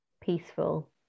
peaceful